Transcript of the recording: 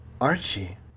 Archie